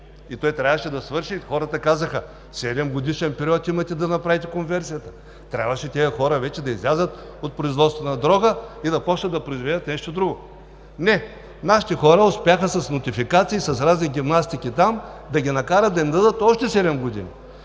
Той трябваше да свърши и хората казаха: „Седемгодишен период имате да направите конверсията.“ Трябваше тези хора вече да излязат от производството на дрога и да започнат да произвеждат нещо друго. Не, нашите хора успяха с нотификации, с разни гимнастики да ги накарат да им дадат още седем години.